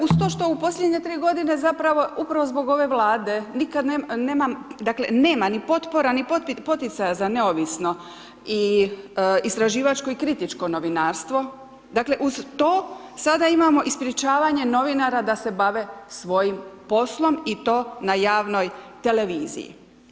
Uz to što posljednje 3 g. zapravo upravo zbog ove vlade, nikada nemam, dakle, nemam ni potpora n i poticaja za neovisno i istraživačko i kritičko novinarstvo, dakle, uz to sada imamo i sprečavanje novinara da se bave svojim poslom i to na javnoj televiziji.